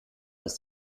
ist